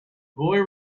boy